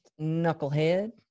knucklehead